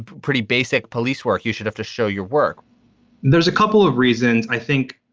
pretty basic police work. you should have to show your work there's a couple of reasons. i think